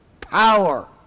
power